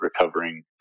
recovering